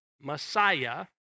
Messiah